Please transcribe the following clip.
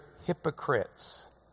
hypocrites